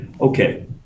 okay